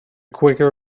quicker